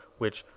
which,